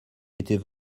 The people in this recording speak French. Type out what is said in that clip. étaient